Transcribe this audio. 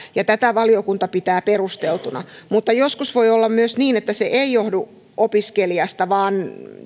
ja tätä valiokunta pitää perusteltuna mutta joskus voi olla myös niin että se ei johdu opiskelijasta vaan